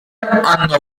hanno